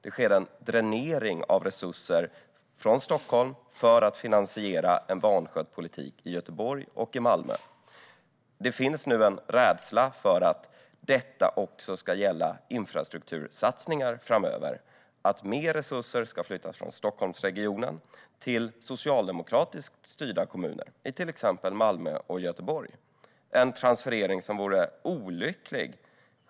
Det sker en dränering av resurser från Stockholm för att finansiera en vanskött politik i Göteborg och Malmö. Det finns nu en rädsla för att detta också ska gälla infrastruktursatsningar framöver - att mer resurser ska flyttas från Stockholmsregionen till socialdemokratiskt styrda kommuner i till exempel Malmö och Göteborg, en transferering som vore olycklig.